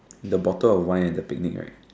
the bottle of wine at the picnic right